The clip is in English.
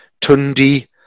Tundi